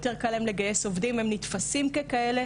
שקל להם יותר לגייס עובדים אם הם נתפסים ככאלה.